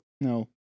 No